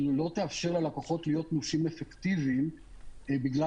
אם לא תאפשר ללקוחות להיות מורשים אפקטיביים בגלל